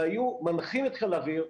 והיו מנחים את חיל האוויר,